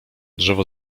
drzewo